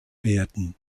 werden